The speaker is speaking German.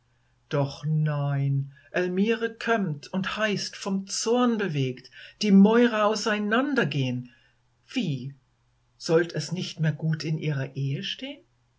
doch nein elmire kömmt und heißt vom zorn bewegt die mäurer auseinandergehen wie sollt es nicht mehr gut in ihrer ehe stehen